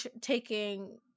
taking